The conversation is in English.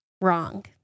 wrong